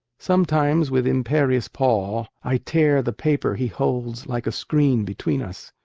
sometimes, with imperious paw, i tear the paper he holds like a screen between us.